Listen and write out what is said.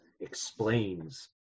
explains